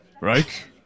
right